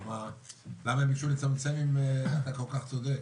למה הם ביקשו לצמצם אם אתה כל-כך צודק?